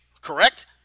Correct